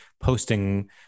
posting